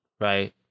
right